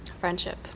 friendship